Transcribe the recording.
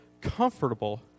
comfortable